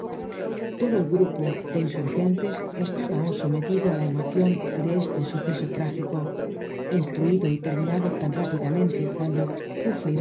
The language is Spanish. todo el grupo de insurgentes estaba aun sometido á la emocion de este suceso trágico instruido y terminado tan rápidamente cuando